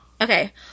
Okay